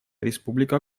республика